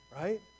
Right